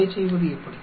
அதைச் செய்வது எப்படி